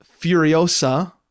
Furiosa